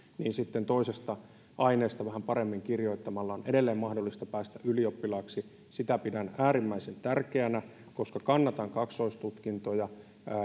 niin sitten toisesta aineesta vähän paremmin kirjoittamalla on edelleen mahdollista päästä ylioppilaaksi sitä pidän äärimmäisen tärkeänä koska kannatan kaksoistutkintoja